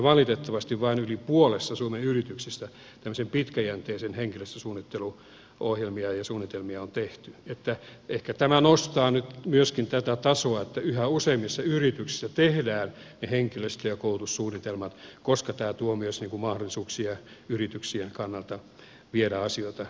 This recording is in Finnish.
valitettavasti vain yli puolessa suomen yrityksistä tämmöisiä pitkäjänteisiä henkilöstösuunnitteluohjelmia ja suunnitelmia on tehty että ehkä tämä nostaa nyt myöskin tätä tasoa että yhä useammissa yrityksissä tehdään ne henkilöstö ja koulutussuunnitelmat koska tämä tuo myös niin kuin mahdollisuuksia yrityksien kannalta viedä asioita eteenpäin